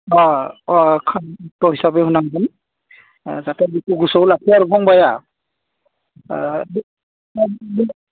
अ अ फैसाखो होनांगोन ओ जाहाथे बेखौ गोसोआव लाखियो आरो फंबाया